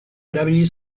erabili